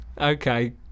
okay